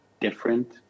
different